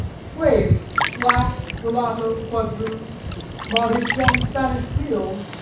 slaves, black, mulatto, quadroon modish young spanish creoles,